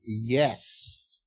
yes